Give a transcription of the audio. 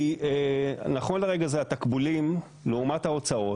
כי נכון לרגע זה התקבולים לעומת ההוצאות,